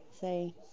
Say